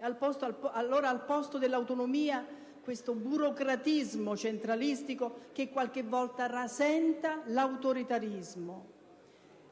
Al posto dell'autonomia vi è questo burocratismo centralistico, che qualche volta rasenta l'autoritarismo: